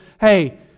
Hey